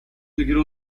میگیره